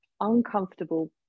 uncomfortable